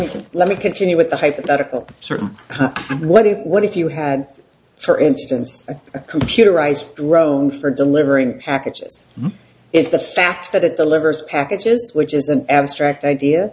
me let me continue with the hypothetical certain what if what if you had for instance a computerized drone for delivering packages is the fact that it delivers packages which is an abstract idea